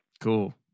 Cool